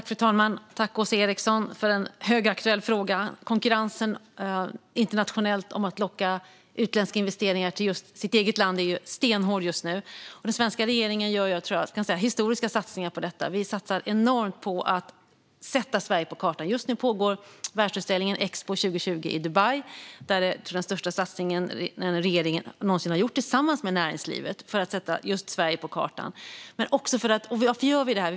Fru talman! Tack, Åsa Eriksson, för en högaktuell fråga! Konkurrensen internationellt om att locka utländska investeringar till just det egna landet är stenhård just nu. Den svenska regeringen gör, tror jag att jag kan säga, historiska satsningar på detta. Vi satsar enormt på att sätta Sverige på kartan. Just nu pågår världsutställningen Expo 2020 i Dubai. Där görs den största satsning regeringen någonsin har gjort, tillsammans med näringslivet, just för att sätta Sverige på kartan. Varför gör vi detta?